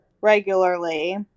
regularly